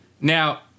Now